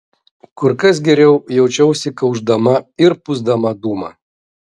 kur kas geriau jaučiausi kaušdama ir pūsdama dūmą